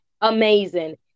amazing